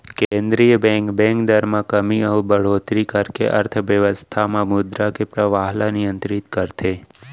केंद्रीय bank, bank दर म कमी अउ बड़होत्तरी करके अर्थबेवस्था म मुद्रा के परवाह ल नियंतरित करथे